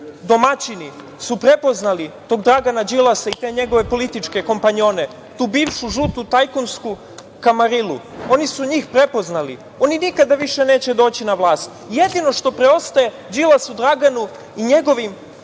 domaćini, je prepoznao tog Dragana Đilasa i njegove političke kompanjone, tu bivšu žutu tajkunsku kamarilu. Oni su njih prepoznali i oni nikada više neće doći na vlast. Jedino što preostaje Đilasu Draganu i njegovim